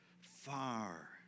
far